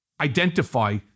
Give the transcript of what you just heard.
identify